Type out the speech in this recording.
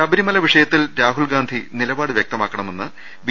ശബരിമല വിഷയത്തിൽ രാഹുൽഗാന്ധി നിലപാട് വൃക്ത മാക്കണമെന്ന് ബി